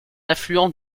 affluent